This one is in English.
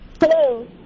Hello